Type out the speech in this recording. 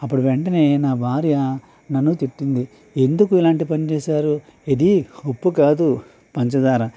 అప్పుడు వెంటనే నా భార్య నన్ను తిట్టింది ఎందుకు ఇలాంటి పని చేశారు ఇది ఉప్పు కాదు పంచదార